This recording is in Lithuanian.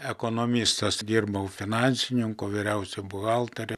ekonomistas dirbau finansininku vyriausiu buhalteriu